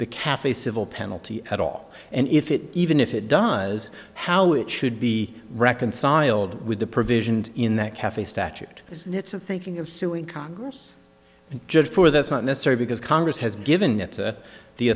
the cafe civil penalty at all and if it even if it does how it should be reconciled with the provisions in that cafe statute it's the thinking of suing congress just for that's not necessary because congress has given it t